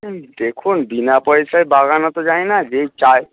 দেখুন বিনা পয়সায় বাগানো তো যায় না যেই চার্জ